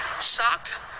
shocked